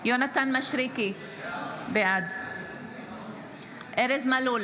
יונתן מישרקי, בעד ארז מלול,